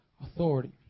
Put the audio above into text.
authority